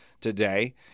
today